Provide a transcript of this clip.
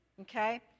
okay